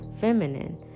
feminine